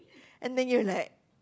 and then you're like